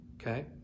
Okay